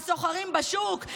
הסוחרים בשוק,